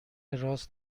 راست